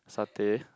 satay